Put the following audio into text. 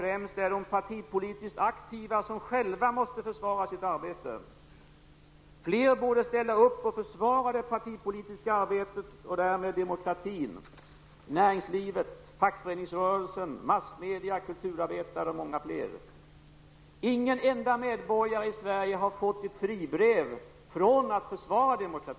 Hans ord där -- kloka och mänskliga, framförda på ett enkelt och jordnära sätt -- var de som jag mest minns från mötet. De vittnade om att han på djupet förstår glesbygdens problem och folk. Ingrid Sundberg har tillhört riksdagen ett kvarts sekel.